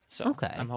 Okay